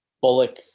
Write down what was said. bullock